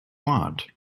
want